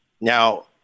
Now